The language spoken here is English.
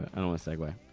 i don't wanna segue.